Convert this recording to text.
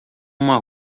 uma